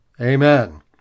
Amen